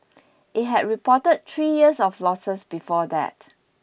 it had reported three years of losses before that